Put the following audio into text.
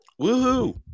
Woohoo